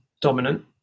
dominant